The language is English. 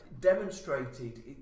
Demonstrated